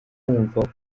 kumva